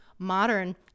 Modern